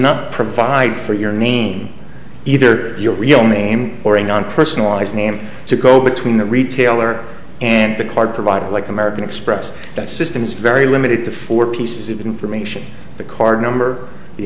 not provide for your name either your real name or a non person last name to go between the retailer and the card provider like american express that system is very limited to four pieces of information the card number the